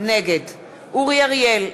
נגד אורי אריאל,